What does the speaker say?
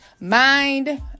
Mind